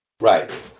Right